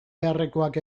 beharrekoak